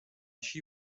she